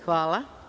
Hvala.